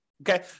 okay